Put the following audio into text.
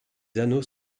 anneaux